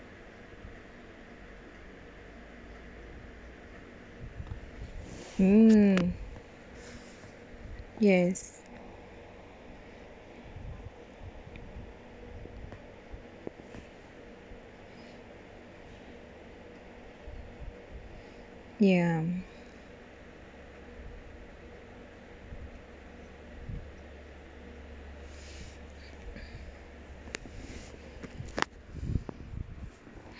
uh yes ya